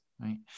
right